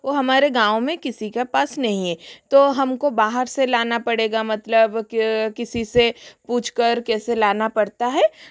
वो हमारे गाँव में किसी का पास नहीं है तो हमको बाहर से लाना पड़ेगा मतलब किसी से पूछ कर कैसे लाना पड़ता है